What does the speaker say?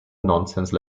nonsense